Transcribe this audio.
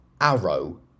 arrow